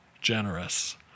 generous